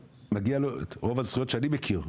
מגיע לו את רוב הזכויות שאני מכיר,